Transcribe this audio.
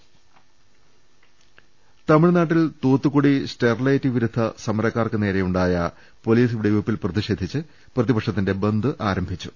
രംഭട്ട്ട്ട്ട്ട്ട്ട്ട തമിഴ്നാട്ടിൽ തൂത്തുക്കുടി സ്റ്റെർലൈറ്റ് വിരുദ്ധ സമരക്കാർക്ക് നേരെ യുണ്ടായ പൊലീസ് വെടിവെപ്പിൽ പ്രതിഷേധിച്ച് പ്രതിപക്ഷത്തിന്റെ ബന്ദ് ആരംഭിച്ചു